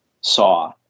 saw